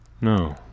No